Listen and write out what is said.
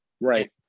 Right